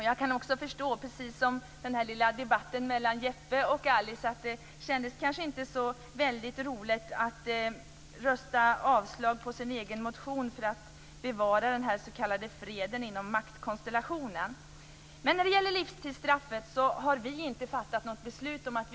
Jag kan också förstå, precis som i den lilla debatten mellan Jeppe och Alice, att det inte känns så väldigt roligt att rösta för avslag på sin egen motion för att bevara den s.k. freden inom maktkonstellationen. När det gäller livstidsstraffet har vi inte fattat något beslut.